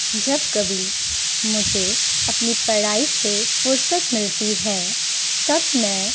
جب کبھی مجھے اپنی پڑھائی سے فرصت ملتی ہے تب میں